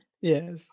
yes